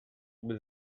with